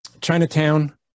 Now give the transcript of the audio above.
chinatown